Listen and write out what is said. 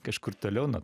kažkur toliau nuo